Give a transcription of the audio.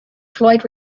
floyd